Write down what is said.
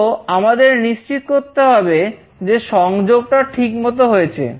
তো আমাদের নিশ্চিত করতে হবে যে সংযোগ টা ঠিকমতো হয়েছে